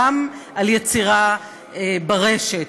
גם על יצירה ברשת,